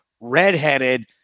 redheaded